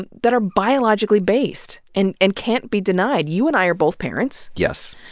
and that are biologically based and and can't be denied. you and i are both parents. yes.